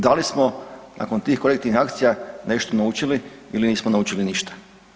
Da li smo nakon tih korektivnih akcija nešto naučili ili nismo naučili ništa?